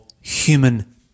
human